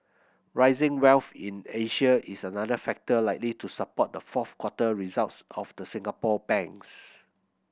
rising wealth in Asia is another factor likely to support the fourth quarter results of the Singapore banks